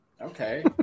Okay